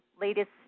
latest